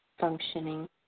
functioning